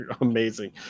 amazing